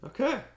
Okay